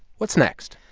what's next?